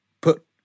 put